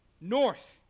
North